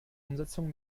umsetzung